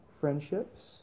friendships